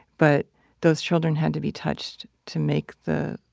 but those children had to be touched to make the